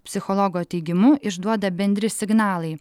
psichologo teigimu išduoda bendri signalai